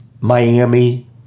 miami